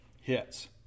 hits